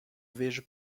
vejo